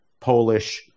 Polish